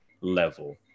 level